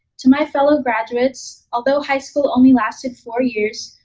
to my fellow graduates, although high school only lasted four years,